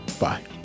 bye